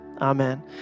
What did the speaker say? Amen